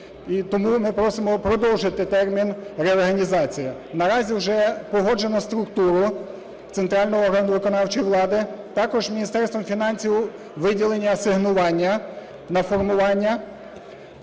тому ми просимо продовжити термін реорганізації. Наразі уже погоджено структуру центрального органу виконавчої влади. Також Міністерством фінансів виділені асигнування на формування.